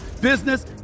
business